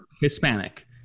Hispanic